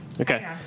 Okay